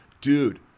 Dude